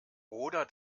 oder